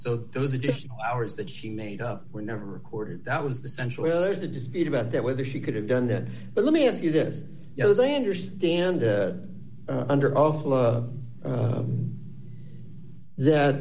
so those additional hours that she made up were never recorded that was the central there's a dispute about that whether she could have done that but let me ask you this you know they understand under